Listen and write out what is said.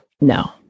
No